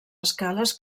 escales